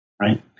right